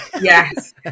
Yes